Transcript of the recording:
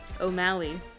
O'Malley